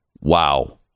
Wow